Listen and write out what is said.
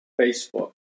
Facebook